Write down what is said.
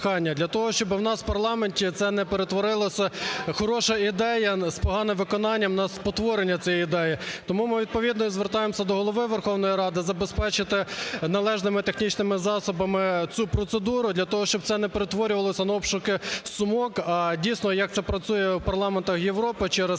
для того, щоб у нас в парламенті це не перетворилася хороша ідея з поганим виконанням на спотворення цієї ідеї. Тому ми відповідно і звертаємося до Голови Верховної Ради забезпечити належними технічними засобами цю процедуру для того, щоб це не перетворювалося на обшуки сумок, а дійсно, як це працює в парламентах Європи, через сканери.